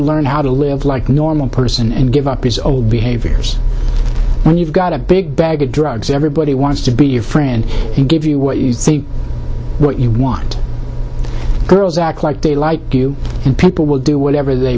learn how to live like a normal person and give up his old behaviors when you've got a big bag of drugs everybody wants to be your friend he give you what you think what you want girls act like they like you and people will do whatever they